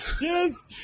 Yes